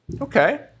Okay